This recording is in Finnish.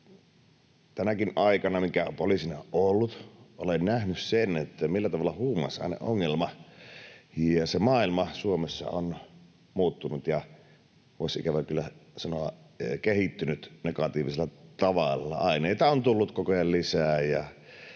Tänäkin aikana, minkä poliisina olen ollut, olen nähnyt, millä tavalla huumausaineongelma ja se maailma Suomessa on muuttunut ja — voisi, ikävä kyllä, sanoa — kehittynyt negatiivisella tavalla. Aineita on tullut koko ajan lisää,